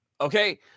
Okay